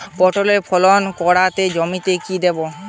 পটলের ফলন কাড়াতে জমিতে কি দেবো?